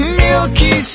milky